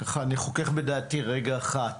אני חוכך בדעתי רגע אחד,